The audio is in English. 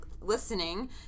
Listening